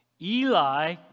Eli